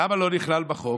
למה לא נכלל בחוק?